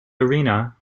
arena